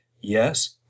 Yes